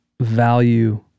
value